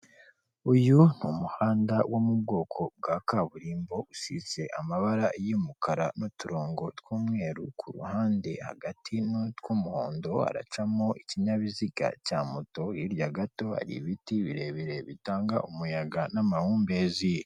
Uyu ni umuhanda wo mu bwoko bwa kaburimbo, usize amabara y'umukara, n'uturongo tw'umweru kuhande hagati tw'umuhondo hacamo ikinyabiziga cya moto, hirya gato hari ibiti birebire bitanga umuyaga n'amahumbezi.